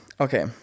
Okay